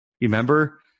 remember